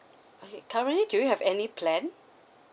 okay currently do you have any plan